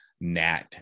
Nat